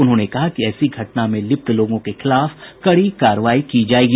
उन्होंने कहा कि ऐसी घटना में लिप्त लोगों के खिलाफ कड़ी कार्रवाई की जायेगी